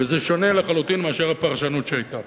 וזה שונה לחלוטין מהפרשנות שהיתה.